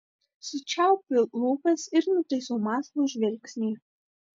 sučiaupiu lūpas ir nutaisau mąslų žvilgsnį